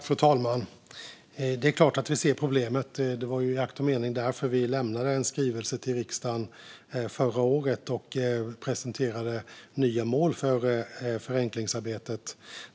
Fru talman! Det är klart att vi ser problemen. Det var i akt och mening därför som vi lämnade en skrivelse till riksdagen förra året där vi presenterade nya mål för förenklingsarbetet.